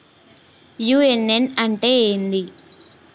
UAN అంటే ఏంది?